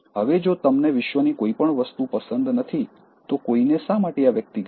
હવે જો તમને વિશ્વની કોઈપણ વસ્તુ પસંદ નથી તો કોઈને શા માટે આ વ્યક્તિ ગમશે